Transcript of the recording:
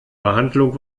behandlung